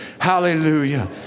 Hallelujah